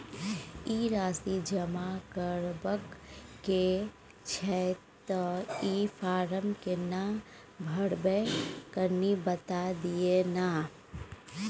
ई राशि जमा करबा के छै त ई फारम केना भरबै, कनी बता दिय न?